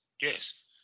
Yes